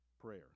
Prayer